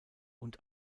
und